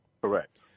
Correct